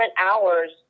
hours